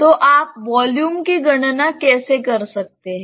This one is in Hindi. तो आप वॉल्यूम की गणना कैसे कर सकते हैं